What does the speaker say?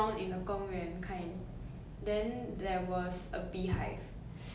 then 我们很 young and dumb and stupid lah then we like to